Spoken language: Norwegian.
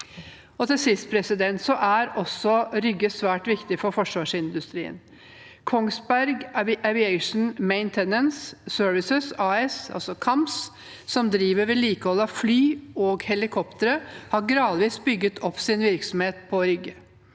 Til sist: Rygge er også svært viktig for forsvarsindustrien. Kongsberg Aviation Maintenance Services AS, KAMS, som driver vedlikehold av fly og helikoptre, har gradvis bygget opp sin virksomhet på Rygge.